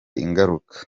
ingaruka